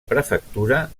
prefectura